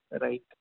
right